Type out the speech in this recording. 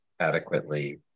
adequately